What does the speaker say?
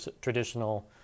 traditional